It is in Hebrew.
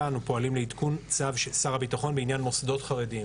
אנו פועלים לעדכון צו של שר הביטחון בעניין מוסדות חרדיים.